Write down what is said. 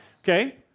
okay